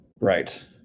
Right